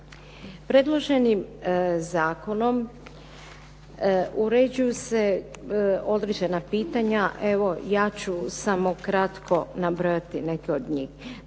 Predloženim zakonom uređuju se određena pitanja. Evo ja ću samo kratko nabrojati neke od njih.